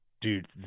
dude